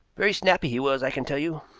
very snappy he was, i can tell you.